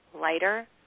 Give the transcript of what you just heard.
lighter